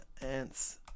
ants